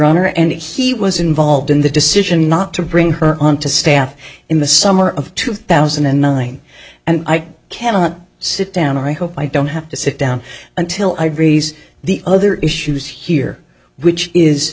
honor and he was involved in the decision not to bring her on to staff in the summer of two thousand and nine and i cannot sit down i hope i don't have to sit down until i raise the other issues here which is